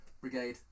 brigade